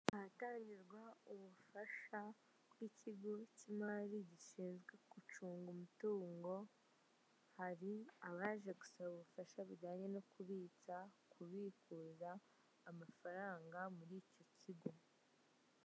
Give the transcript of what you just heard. Ahatangirwarwa ubufasha bw'ikigo cy'imari gishinzwe gucunga umutungo, hari abaje gusaba ubufasha bijyanye no kubitsa, kubikuza amafaranga muri icyo kigo.